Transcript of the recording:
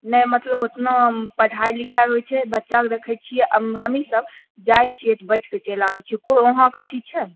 नहि मतलब ओतना पढाई लिखाई होइ छै बच्चा रखै छियै अब हमहिँ सब जाइ छियै पैढ़ कऽ चैलि आबै छियै को वहाँ कथि छै